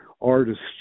artists